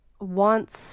wants